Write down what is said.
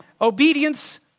Obedience